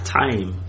time